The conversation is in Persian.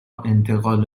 انتقال